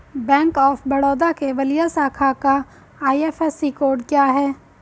Bank of Baroda के बलिया शाखा का आई.एफ.एस.सी कोड क्या है?